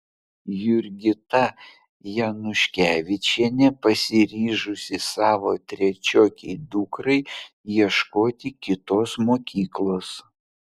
jurgita januškevičienė pasiryžusi savo trečiokei dukrai ieškoti kitos mokyklos